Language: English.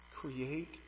create